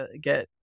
get